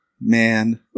man